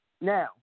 Now